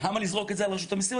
למה לזרוק את זה על רשות המיסים?